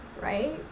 right